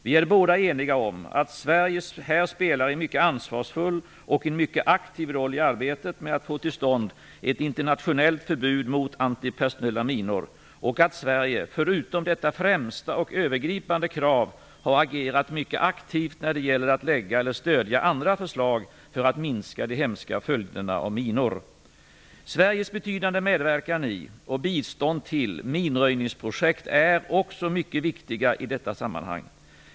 Vi är båda eniga om att Sverige spelar en mycket ansvarsfull och en mycket aktiv roll i arbetet med att få till stånd ett internationellt förbud mot antipersonella minor och att Sverige, förutom detta främsta och övergripande krav, har agerat mycket aktivt när det gäller att lägga fram eller stödja andra förslag för att minska de hemska följderna av minor. Sveriges betydande medverkan i och bistånd till minröjningsprojekt är också mycket viktiga i dessa sammanhang.